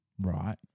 Right